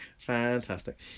Fantastic